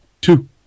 two